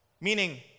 Meaning